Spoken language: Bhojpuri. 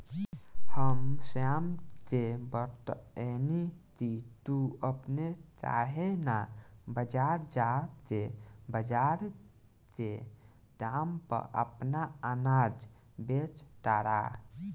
हम श्याम के बतएनी की तू अपने काहे ना बजार जा के बजार के दाम पर आपन अनाज बेच तारा